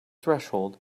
threshold